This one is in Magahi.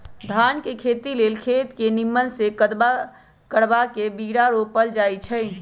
धान के खेती लेल खेत के निम्मन से कदबा करबा के बीरा रोपल जाई छइ